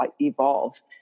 evolve